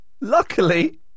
Luckily